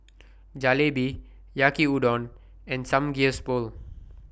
Jalebi Yaki Udon and Samgyeopsal